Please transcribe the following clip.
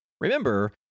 Remember